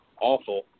awful